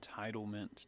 entitlement